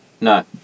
no